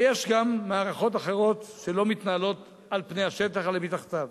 ויש גם מערכות אחרות שלא מתנהלות על פני השטח אלא מתחתיו.